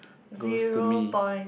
goes to me